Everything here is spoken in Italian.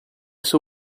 sua